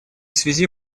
связи